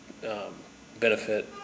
benefit